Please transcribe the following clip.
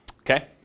Okay